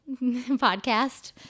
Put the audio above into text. podcast